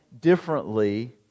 differently